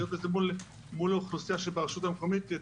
היות שזה מול האוכלוסייה שברשות המקומית,